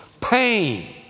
pain